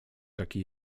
taki